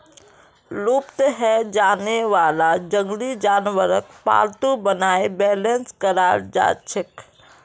लुप्त हैं जाने वाला जंगली जानवरक पालतू बनाए बेलेंस कराल जाछेक